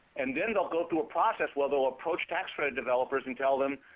and then they'll go through a process where they'll approach tax credit developers and tell them,